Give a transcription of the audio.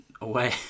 Away